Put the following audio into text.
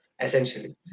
Essentially